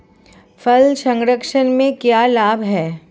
फल संरक्षण से क्या लाभ है?